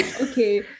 Okay